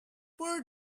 pour